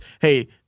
hey